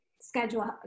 schedule